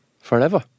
Forever